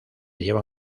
llevan